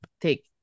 take